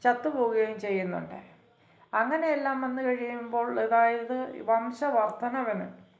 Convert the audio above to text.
ചത്തുപോകുകയും ചെയ്യുന്നുണ്ട് അങ്ങനെയെല്ലാം വന്ന് കഴിയുമ്പോൾ അതായത് വംശ വർധനവിന്